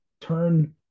turn